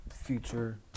future